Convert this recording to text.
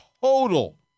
total